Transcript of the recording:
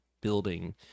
building